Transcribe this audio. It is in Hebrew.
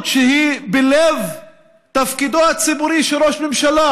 שהיא בלב תפקידו הציבורי של ראש ממשלה,